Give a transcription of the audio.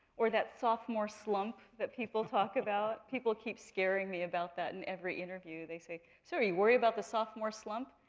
or that sophomore slump that people talk about. people keep scaring me about that in every interview. they say, so are you worried about the sophomore slump?